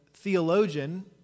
Theologian